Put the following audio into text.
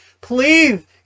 please